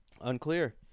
Unclear